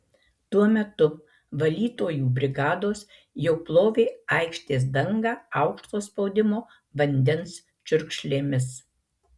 tuo metu valytojų brigados jau plovė aikštės dangą aukšto spaudimo vandens čiurkšlėmis